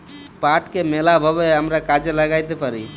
পাটকে ম্যালা ভাবে আমরা কাজে ল্যাগ্যাইতে পারি